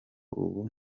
ubu